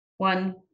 One